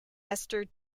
esther